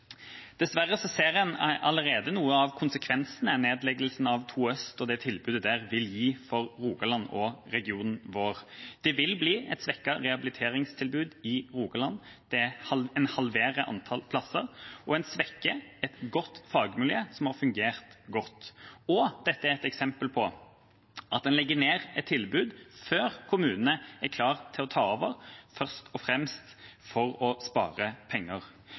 Dessverre ser en allerede noe av konsekvensene nedleggelsen av 2 Øst og tilbudet der vil få for Rogaland og regionen vår. Det vil bli et svekket rehabiliteringstilbud i Rogaland. En halverer antall plasser, og en svekker et godt fagmiljø som har fungert godt. Dette er et eksempel på at en legger ned et tilbud før kommunene er klar til å ta over, først og fremst for å spare penger.